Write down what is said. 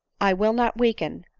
i will not weaken,